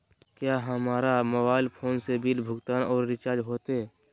क्या हमारा mobile phone से बिल भुगतान और रिचार्ज होते?